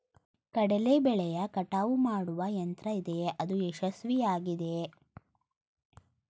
ಕಡಲೆ ಬೆಳೆಯ ಕಟಾವು ಮಾಡುವ ಯಂತ್ರ ಇದೆಯೇ? ಅದು ಯಶಸ್ವಿಯಾಗಿದೆಯೇ?